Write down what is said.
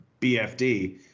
BFD